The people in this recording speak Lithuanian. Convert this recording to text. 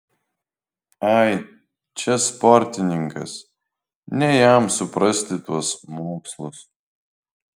ai čia sportininkas ne jam suprasti tuos mokslus